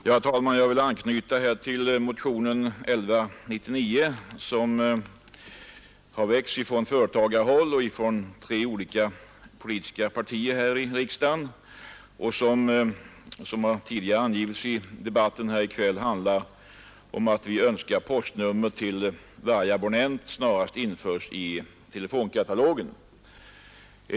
15 mars 1972 Herr talman! Jag vill här anknyta till vad som sägs i motionen 1199, — Televerkets anslagssom har väckts från företagarhåll representerande tre olika partier här i = pehoy riksdagen. Motionärerna önskar där att postnummer till varje abonnent snarast införs i telefonkatalogen.